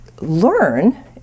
learn